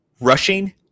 rushing